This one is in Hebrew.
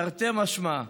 תרתי משמע,